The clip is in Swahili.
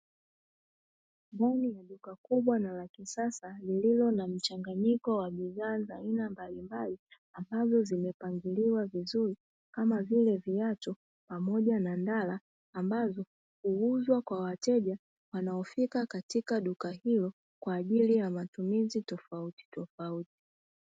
Ndani ya duka kubwa na la kisasa, lililo na mchanganyiko wa bidhaa za aina mbalimbali ambazo zimepangiliwa vizuri kama vile viatu pmoja na ndala, ambazo huuzwa kwa wateja wanaofika katika duka hilo, kwa ajili ya matumizi tofautitofauti.